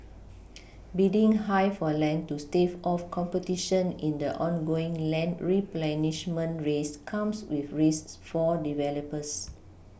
bidding high for land to stave off competition in the ongoing land replenishment race comes with risks for developers